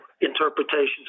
interpretations